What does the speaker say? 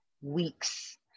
weeks